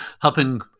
helping